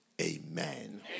amen